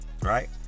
right